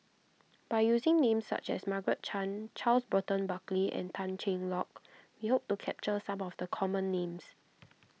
by using names such as Margaret Chan Charles Burton Buckley and Tan Cheng Lock we hope to capture some of the common names